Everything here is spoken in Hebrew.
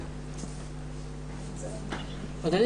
אדוני,